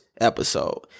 episode